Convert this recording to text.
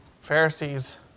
Pharisees